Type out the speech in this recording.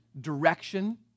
direction